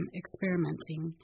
experimenting